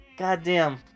Goddamn